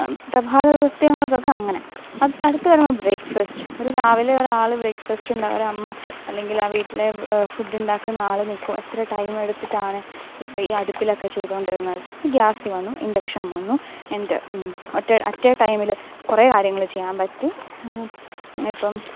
പ്രഭാത കൃത്ത്യങ്ങൾക്കൊക്കെ അങ്ങനെ അടുത്ത് വരുമ്പം ബ്രെയ്ക്ഫാസ്റ്റ് ഒരു രാവിലെ ഒരാൾ ബ്രെയ്ക്ഫാസ്റ്റുണ്ട് ഒരമ്മ അല്ലെങ്കിൽ ആ വീട്ടിലെ ഫുഡുണ്ടാക്കുന്ന ആൾ നിൽക്കും എത്ര ടൈം എടുത്തിട്ടാണ് ഇപ്പോൾ ഈ അടുപ്പിലൊക്കെ ചെയ്തുകൊണ്ടിരുന്നത് ഗ്യാസ് വന്നു ഇൻഡക്ഷൻ വന്നു ആൻഡ് അറ്റ് എ ടൈമിൽ കുറേ കാര്യങ്ങൾ ചെയ്യാൻ പറ്റി ഇപ്പം